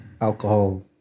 alcohol